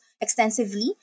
extensively